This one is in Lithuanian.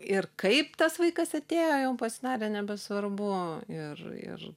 ir kaip tas vaikas atėjo jau pasidarė nebesvarbu ir ir